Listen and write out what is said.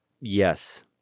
yes